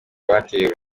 batewe